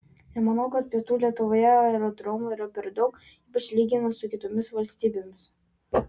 nemanau kad pietų lietuvoje aerodromų yra per daug ypač lyginant su kitomis valstybėmis